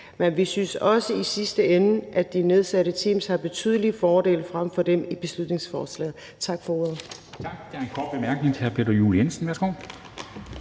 men vi synes også i sidste ende, at de nedsatte teams har betydelige fordele frem for det i beslutningsforslaget. Tak for ordet.